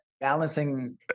balancing